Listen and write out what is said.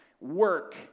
work